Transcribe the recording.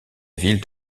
ville